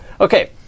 Okay